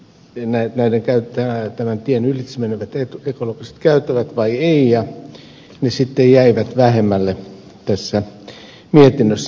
en epäile käyttää nämä tien ylitse menevät ekologiset käytävät vai ei ja ne sitten jäivät vähemmälle tässä mietinnössä